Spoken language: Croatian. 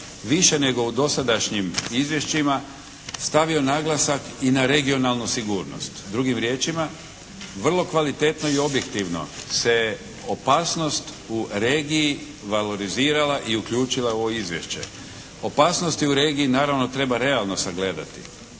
više nego u dosadašnjim izvješćima stavio naglasak i na regionalnu sigurnost. Drugim riječima vrlo kvalitetno i objektivno se opasnost u regiji valorizirala i uključila u ovo izvješće. Opasnosti u regiji naravno treba realno sagledati.